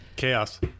chaos